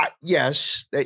yes